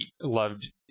loved